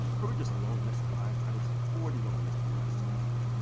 probably just a long list of lies added to the already longer list of lies this man told.